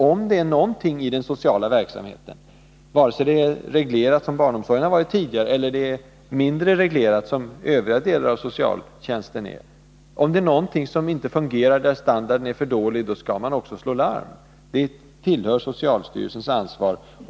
Om det är någonting i den sociala verksamheten — vare sig det är reglerat, som barnomsorgen har varit tidigare, eller mindre reglerat, som övriga delar av socialtjänsten är — som inte fungerar eller där standarden är för dålig, skall man också slå larm. Det tillhör socialstyrelsens ansvar.